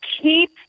Keep